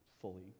fully